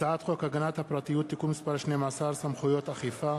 הצעת חוק הגנת הפרטיות (תיקון מס' 12) (סמכויות אכיפה),